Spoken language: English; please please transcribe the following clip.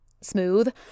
smooth